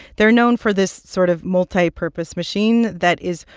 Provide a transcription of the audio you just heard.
they're known for this sort of multipurpose machine that is,